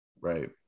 Right